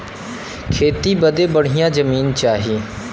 खेती बदे बढ़िया जमीन चाही